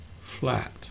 flat